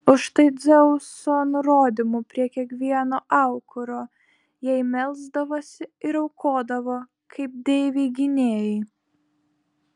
už tai dzeuso nurodymu prie kiekvieno aukuro jai melsdavosi ir aukodavo kaip deivei gynėjai